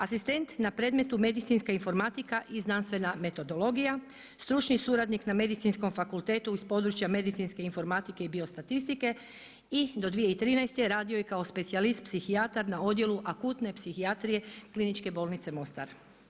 Asistent na predmetu medicinska informatika i znanstvena metodologija, stručni suradnik na Medicinskom fakultetu iz područja medicinske informatike i biostatistike i do 2013. radio je kao specijalist psihijatar na odjelu akutne psihijatrije Kliničke bolnice Mostar.